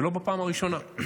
ולא בפעם הראשונה.